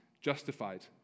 justified